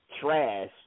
trash